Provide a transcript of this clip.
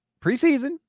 preseason